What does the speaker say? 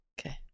Okay